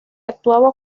actuaba